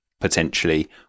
potentially